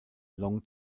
long